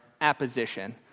apposition